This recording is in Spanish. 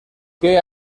que